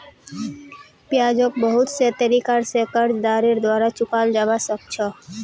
ब्याजको बहुत से तरीका स कर्जदारेर द्वारा चुकाल जबा सक छ